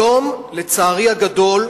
היום, לצערי הגדול,